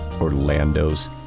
Orlando's